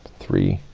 three,